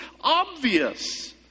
obvious